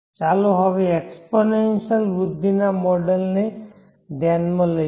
ચાલો હવે એક્સપોનેન્શીઅલ વૃદ્ધિના મોડેલ ને ધ્યાનમાં લઈએ